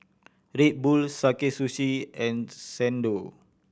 Red Bull Sakae Sushi and Xndo